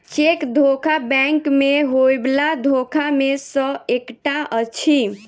cheque धोखा bank मे होयबला धोखा मे सॅ एकटा अछि